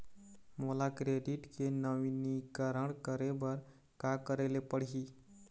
मोला क्रेडिट के नवीनीकरण करे बर का करे ले पड़ही?